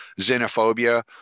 xenophobia